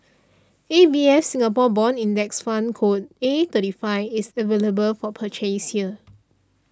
A B F Singapore Bond Index Fund code A thirty five is available for purchase here